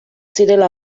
zirela